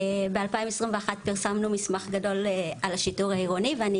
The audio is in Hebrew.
ב-2021 פרסמנו מסמך גדול על השיטור העירוני ואני